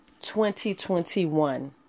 2021